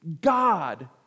God